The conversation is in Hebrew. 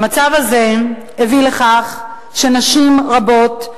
המצב הזה הביא לכך שנשים רבות,